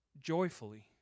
Joyfully